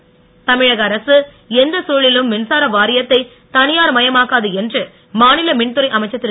தங்கமணி தமிழக அரசு எந்தச் சூழலிலும் மின்சார வாரியத்தை தனியார் மயமாக்காது என்று மாநில மின்துறை அமைச்சர் திரு